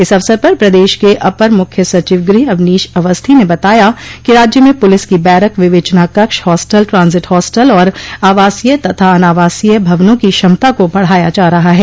इस अवसर पर प्रदेश के अपर मुख्य सचिव गृह अवनीश अवस्थी ने बताया कि राज्य में पुलिस की बैरक विवेचना कक्ष हास्टल ट्रांजिट हास्टल और आवासीय तथा अनावासीय भवनों की क्षमता को बढ़ाया जा रहा है